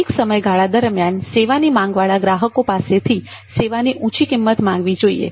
peak સમયગાળા દરમિયાન સેવાની માંગ વાળા ગ્રાહકો પાસેથી સેવાની ઊંચી કિંમત માંગવી જોઈએ